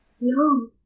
No